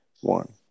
one